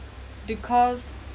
because